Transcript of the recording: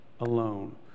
alone